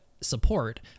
support